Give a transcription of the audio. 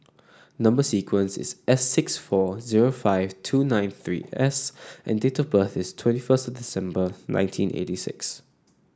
number sequence is S six four zero five two nine three S and date of birth is twenty first December nineteen eighty six